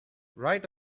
right